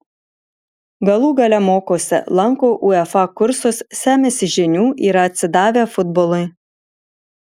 galų gale mokosi lanko uefa kursus semiasi žinių yra atsidavę futbolui